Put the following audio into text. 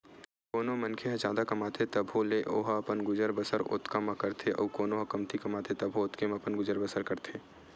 कोनो मनखे ह जादा कमाथे तभो ले ओहा अपन गुजर बसर ओतका म करथे अउ कोनो ह कमती कमाथे तभो ओतके म अपन गुजर बसर करथे